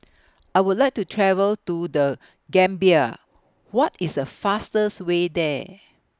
I Would like to travel to The Gambia What IS The fastest Way There